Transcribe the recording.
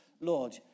Lord